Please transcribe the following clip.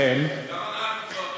גם אנחנו באותו,